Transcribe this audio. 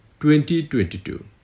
2022